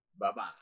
Bye-bye